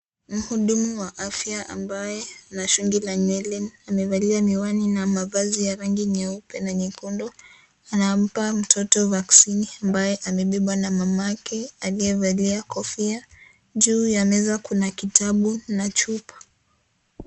Mhudumu wa afya ambaye ameshika nywele amevalia miwani na mavazi ya rangi nyeupe na nyekundu , anampa mtoto ( CS)vaccine(CS) ambaye amebebwa na mamake aliyevalia kofia juu ya meza kuna kitabu na chupa.